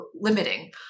limiting